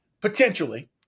potentially